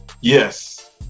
Yes